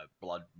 blood